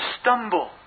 stumble